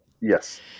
yes